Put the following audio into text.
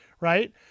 right